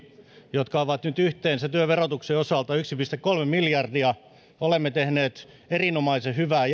jotka ovat nyt työn verotuksen osalta yhteensä yksi pilkku kolme miljardia olemme tehneet erinomaisen hyvää